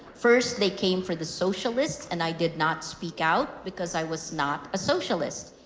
first they came for the socialists and i did not speak out. because i was not a socialist.